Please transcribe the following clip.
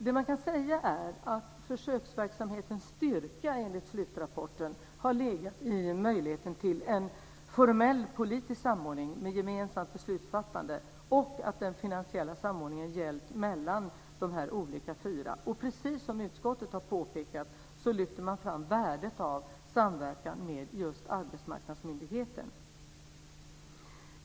Det man kan säga är att försöksverksamhetens styrka enligt slutrapporten har legat i möjligheten till en formell politisk samordning med gemensamt beslutsfattande och att den finansiella samordningen gällt mellan de olika fyra. Precis som utskottet har påpekat lyfte man fram värdet av samverkan med just Arbetsmarknadsmyndigheten.